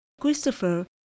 Christopher